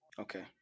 Okay